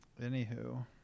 Anywho